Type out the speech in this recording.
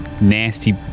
nasty